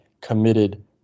committed